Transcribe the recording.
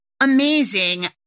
amazing